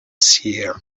seer